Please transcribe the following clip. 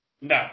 No